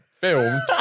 filmed